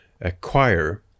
acquire